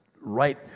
right